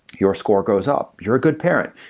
your score goes up. you're a good parent.